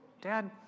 Dad